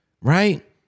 right